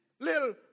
little